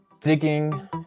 digging